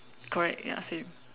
correct ya same